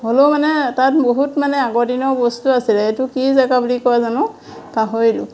হ'লেও মানে তাত বহুত মানে আগৰ দিনৰ বস্তু আছিলে এইটো কি জেগা বুলি কয় জানো পাহৰিলোঁ